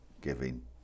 giving